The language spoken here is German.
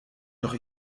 doch